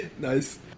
nice